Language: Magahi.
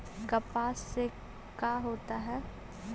कपास से का होता है?